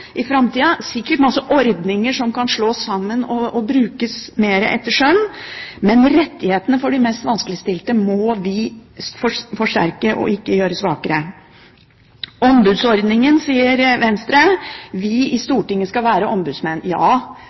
i framtida, og det er sikkert mange ordninger som kan slås sammen og brukes mer etter skjønn, men rettighetene for de mest vanskeligstilte må vi forsterke og ikke gjøre svakere. Venstre sier at vi i Stortinget skal være ombudsmenn. Ja,